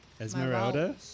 Esmeralda